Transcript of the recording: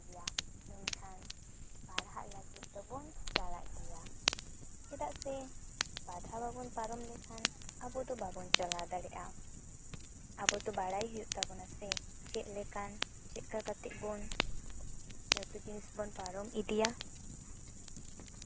ᱵᱟᱫᱷᱟ ᱢᱟ ᱛᱟᱦᱮᱱ ᱜᱮᱭᱟ ᱢᱮᱱᱠᱷᱟᱱ ᱯᱟᱲᱦᱟᱜ ᱞᱟᱹᱜᱤᱫ ᱫᱚᱵᱚᱱ ᱪᱟᱞᱟᱜ ᱜᱮᱭᱟ ᱪᱮᱫᱟᱜ ᱥᱮ ᱵᱟᱫᱷᱟ ᱵᱟᱵᱚᱱ ᱯᱟᱨᱚᱢ ᱞᱮᱠᱷᱟᱱ ᱟᱵᱚ ᱫᱚ ᱵᱟᱵᱚᱱ ᱪᱟᱞᱟᱣ ᱫᱟᱲᱮᱜᱼᱟ ᱟᱵᱚ ᱫᱚ ᱵᱟᱲᱟᱭ ᱦᱩᱭᱩᱜ ᱛᱟᱵᱳᱱᱟ ᱥᱮ ᱪᱮᱫ ᱞᱮᱠᱟᱱ ᱪᱮᱫ ᱞᱮᱠᱟ ᱠᱟᱛᱮᱜ ᱵᱚᱱ ᱡᱚᱛᱚ ᱡᱤᱱᱤᱥ ᱵᱚᱱ ᱯᱟᱨᱚᱢ ᱤᱫᱤᱭᱟ